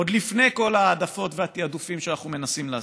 עוד לפני כל ההעדפות והתעדופים שאנחנו מנסים לעשות.